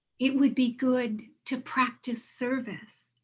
it would be good to practice service.